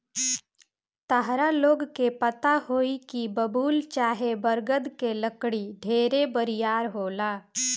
ताहरा लोग के पता होई की बबूल चाहे बरगद के लकड़ी ढेरे बरियार होला